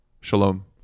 Shalom